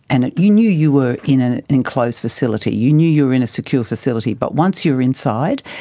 and you knew you were in an enclosed facility, you knew you were in a secure facility. but once you were inside,